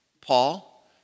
Paul